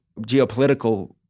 geopolitical